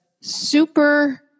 super